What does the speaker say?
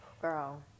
Girl